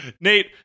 Nate